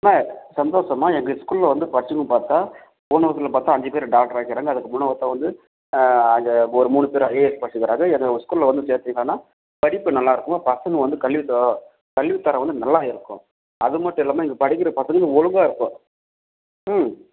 அம்மா சந்தோஷம்மா எங்கள் ஸ்கூலில் வந்து படித்தவங்க பார்த்தா போன வருஷத்துல பார்த்தா அஞ்சு பேர் டாக்டர் ஆகியிருக்குறாங்க அதுக்கு மூணாம் வருஷம் வந்து அங்கே ஒரு மூணு பேர் ஐஏஎஸ் படித்திருக்குறாங்க எங்கள் ஸ்கூலில் வந்து சேர்த்திங்கன்னா படிப்பு நல்லா இருக்கும்மா பசங்க வந்து கல்வி தரம் கல்வி தரம் வந்து நல்லா இருக்கும் அது மட்டும் இல்லாமல் இங்கே படிக்கிற பசங்க ஒழுங்கா இருக்கும் ம்